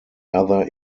other